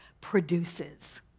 produces